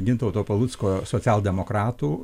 gintauto palucko socialdemokratų